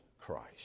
christ